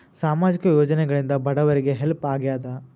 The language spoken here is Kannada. ಸಾಮಾಜಿಕ ಯೋಜನೆಗಳಿಂದ ಬಡವರಿಗೆ ಹೆಲ್ಪ್ ಆಗ್ಯಾದ?